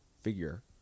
figure